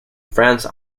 france